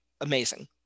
amazing